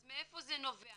אז מאיפה זה נובע?